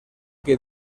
que